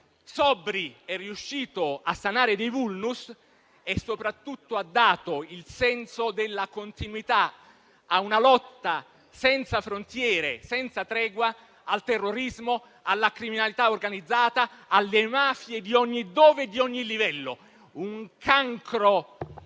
sobri, è riuscito a sanare dei *vulnus* e soprattutto ha dato il senso della continuità a una lotta senza frontiere e senza tregua al terrorismo, alla criminalità organizzata e alle mafie di ogni dove e di ogni livello; un cancro